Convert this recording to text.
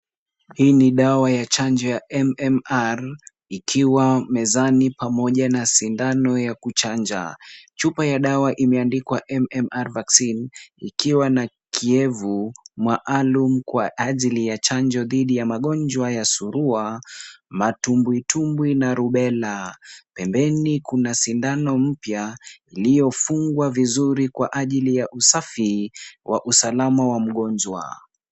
Hii ni dawa ya chanjo ya MMR , ikiwa mezani pamoja na sindano ya kuchanja. Chupa ya dawa imeandikwa MMR Vaccine ikiwa na kievu maalum kwa ajili ya chanjo dhidi ya magonjwa ya surua, matumbwitumbwi na rubela. Pembeni kuna sindano mpya iliyofungwa vizuri kwa ajili ya usafi wa usalama wa mgonjwa.